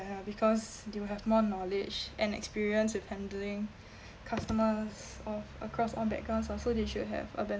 because they will have more knowledge and experience with handling customers of across all backgrounds ah so they should have a better